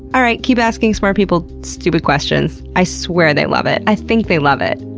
alright, keep asking smart people stupid questions. i swear they love it. i think they love it.